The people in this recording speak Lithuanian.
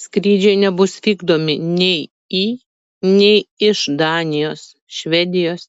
skrydžiai nebus vykdomi nei į nei iš danijos švedijos